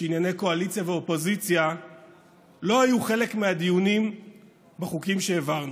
וענייני קואליציה ואופוזיציה לא היו חלק מהדיונים בחוקים שהעברנו,